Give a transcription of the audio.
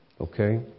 Okay